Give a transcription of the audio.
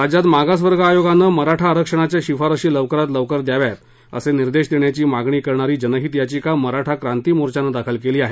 राज्यात मागसवर्ग आयोगाने मराठा आरक्षणाच्या शिफारशी लवकरात लवकर द्याव्या असे निर्देश देण्याची मागणी करणारी जनहित याचिका मराठा क्रांती मोर्चानं दाखल केली आहे